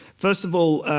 first of all,